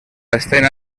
escena